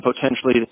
potentially